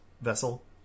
vessel